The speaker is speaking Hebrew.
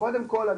קודם כל,